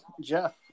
Jeff